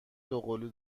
دوقلو